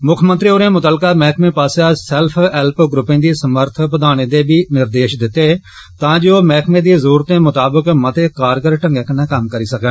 मुक्खमंत्री होरे मुत्तलका मैहकमें पास्सेआ सैल्फ ग्रुपें दी स्मर्थ बद्दाने दे बी निर्देश दिते तां जे ओ महकमें दी जरुरतें मुताबक मते कारगर ढंगै कन्नै कम्म करी सकन